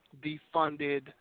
defunded